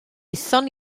aethon